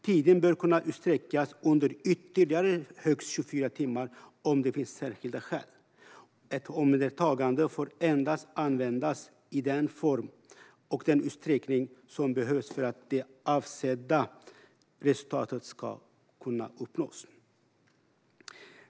Tiden bör kunna utsträckas till ytterligare högst 24 timmar om det finns särskilda skäl. Ett omhändertagande får endast användas i den form och den utsträckning som behövs för att det avsedda resultatet ska kunna uppnås.